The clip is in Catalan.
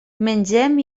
mengem